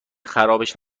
خرابش